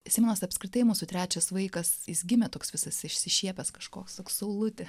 simonas apskritai mūsų trečias vaikas jis gimė toks visas išsišiepęs kažkoks toks saulutė